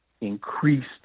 increased